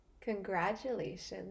congratulations